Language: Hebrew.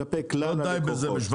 כלפי כלל הלקוחות.